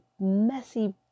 messy